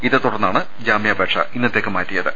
ഇതേതുടർന്നാണ് ജാമ്യാപേക്ഷ ഇന്നത്തേക്ക് മാറ്റിയ ത്